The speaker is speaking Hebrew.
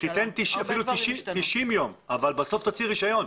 אפילו 90 ימים אבל בסוף תוציא רישיון.